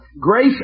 Grace